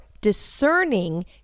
discerning